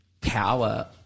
power